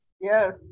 Yes